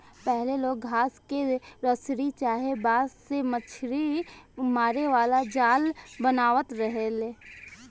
पहिले लोग घास के रसरी चाहे बांस से मछरी मारे वाला जाल बनावत रहले